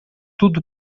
tudo